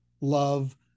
love